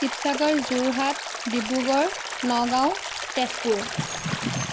Sivasagar Jorhat Dibrugarh Nagaon Tezpur